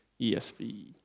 ESV